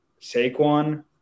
Saquon